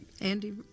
Andy